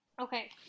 Okay